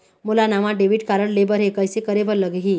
मोला नावा debit card लेबर हे, कइसे करे बर लगही?